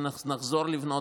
אם נחזור לבנות,